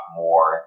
more